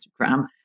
Instagram